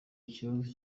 ikibazo